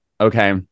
okay